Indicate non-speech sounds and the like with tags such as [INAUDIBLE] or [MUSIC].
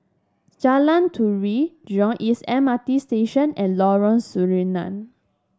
Jalan Turi Jurong East M R T Station and Lorong [UNINTELLIGIBLE]